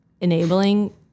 enabling